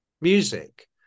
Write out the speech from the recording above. music